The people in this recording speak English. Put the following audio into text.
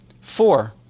Four